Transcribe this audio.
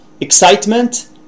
excitement